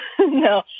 no